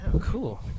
cool